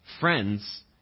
friends